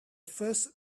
first